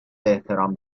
احترام